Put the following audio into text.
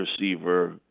receiver